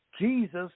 Jesus